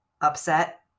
upset